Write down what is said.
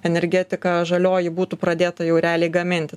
energetika žalioji būtų pradėta jau realiai gaminti